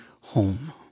home